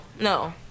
no